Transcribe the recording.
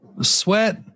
sweat